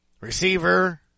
Receiver